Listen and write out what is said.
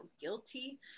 guilty